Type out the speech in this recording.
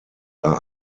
are